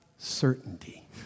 certainty